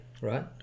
right